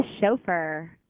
chauffeur